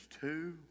two